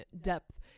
depth